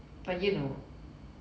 but you know